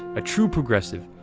a true progressive,